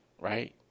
right